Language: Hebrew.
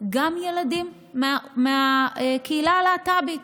גם ילדים מהקהילה הלהט"בית,